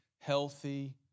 healthy